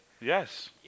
Yes